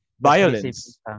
Violence